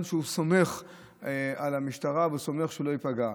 שהוא סומך על המשטרה והוא סומך שהוא לא ייפגע,